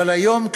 אבל היום,